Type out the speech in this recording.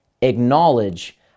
acknowledge